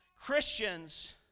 Christians